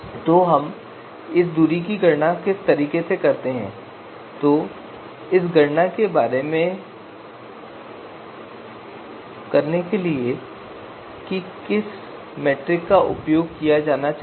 तो हम दूरी की गणना कैसे करते हैं कि इस गणना को करने के लिए किस मीट्रिक का उपयोग किया जाना चाहिए